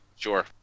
Sure